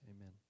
Amen